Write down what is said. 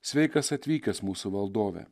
sveikas atvykęs mūsų valdove